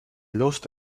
lost